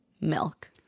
milk